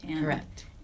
Correct